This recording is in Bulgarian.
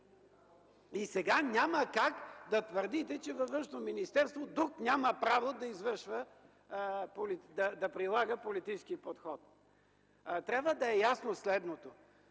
И сега няма как да твърдите, че във Външно министерство друг няма право да прилага политически подход. Трябва да е ясно следното: